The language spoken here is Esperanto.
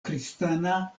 kristana